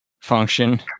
function